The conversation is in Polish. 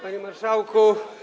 Panie Marszałku!